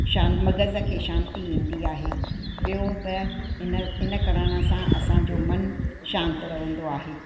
शान मगज़ खे शांती ईंदी आहे ॿियों त हिन इन करण सां असांजो मन शांति रहंदो आहे